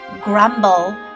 grumble